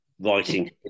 writing